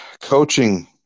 Coaching